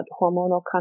hormonal